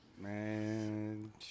Man